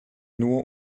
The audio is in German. nur